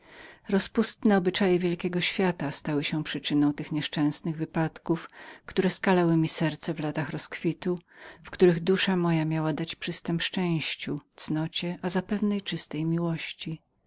obyczaje wielkiego świata stały się przyczyną tych nieszczęsnych wypadków i skalały mi serce w tym wieku wynurzenia w którym dusza moja miała dać przystęp szczęściu cnocie a zapewne i czystej miłości